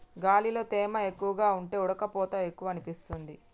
గాలిలో తేమ ఎక్కువగా ఉంటే ఉడుకపోత ఎక్కువనిపిస్తుంది